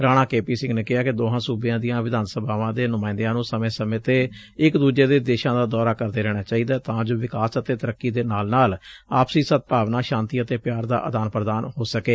Rana K P Singh ਨੇਂ ਕਿਹਾ ਕਿ ਦੋਹਾ ਸੁਬਿਆ ਦੀਆਂ ਵਿਧਾਨ ਸਭਾਵਾਂ ਦੇ ਨੁਮਾਇੰਦਿਆਂ ਨੂੰ ਸਮੇਂ ਸਮੇਂ ਤੇ ਇਕ ਦੁਜੇ ਦੇ ਦੇਸ਼ਾਂ ਦਾ ਦੌਰਾ ਕਰਦੇ ਰਹਿੰਣਾ ਚਾਹੀਦੈ ਤਾਂ ਜੋ ਵਿਕਾਸ ਅਤੇ ਤਰੱਕੀ ਦੇ ਨਾਲ ਨਾਲ ਆਪਸੀ ਸਦਭਾਵਨਾ ਸ਼ਾਂਤੀ ਅਤੇ ਪਿਆਰ ਦਾ ਆਦਾਨ ਪ੍ਰਦਾਨ ਹੋ ਸਕੇ